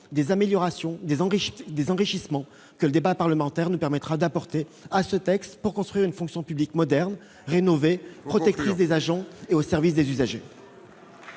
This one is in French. est l'illustration des enrichissements que le débat parlementaire nous permettra d'apporter à ce texte pour construire une fonction publique moderne, rénovée, protectrice des agents et au service des usagers.